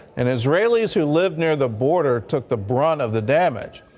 and israelis who live near the border took the brunt of the damage.